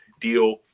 deal